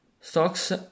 stocks